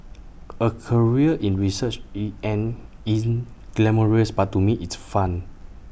A career in research an in glamorous but to me it's fun